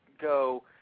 go